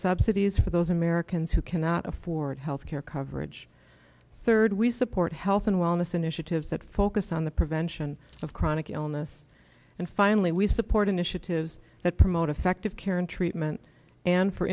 subsidies for those americans who cannot afford healthcare coverage third we support health and wellness initiatives that focus on the prevention of chronic illness and finally we support initiatives that promote effective care and treat meant and for